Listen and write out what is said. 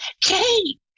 Kate